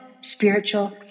spiritual